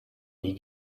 nie